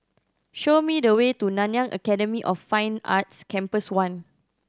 show me the way to Nanyang Academy of Fine Arts Campus One